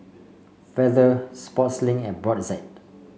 Feather Sportslink and Brotzeit